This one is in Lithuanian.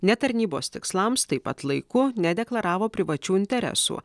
ne tarnybos tikslams taip pat laiku nedeklaravo privačių interesų